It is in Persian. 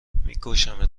میکشمت